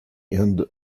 end